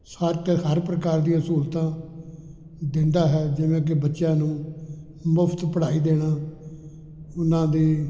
ਸਾਰ ਅਤੇ ਹਰ ਪ੍ਰਕਾਰ ਦੀਆਂ ਸਹੂਲਤਾਂ ਦਿੰਦਾ ਹੈ ਜਿਵੇਂ ਕਿ ਬੱਚਿਆਂ ਨੂੰ ਮੁਫਤ ਪੜ੍ਹਾਈ ਦੇਣਾ ਉਹਨਾਂ ਦੇ